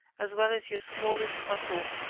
as well as your smallest watteau.